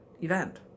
event